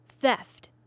theft